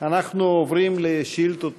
אנחנו עוברים לשאילתות דחופות.